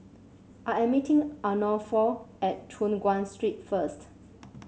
I am meeting Arnulfo at Choon Guan Street first